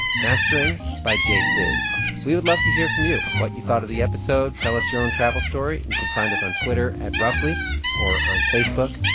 mastering by jay sizz we would love to hear from you what you thought of the episode. tell us your own travel story. and you can find us on twitter at roughly or on facebook.